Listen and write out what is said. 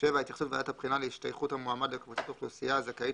התייחסות ועדת הבחינה להשתייכות המועמד לקבוצת אוכלוסייה הזכאית